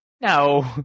No